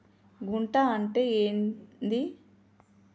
గుంట అంటే ఏంది?